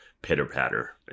Pitter-patter